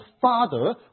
father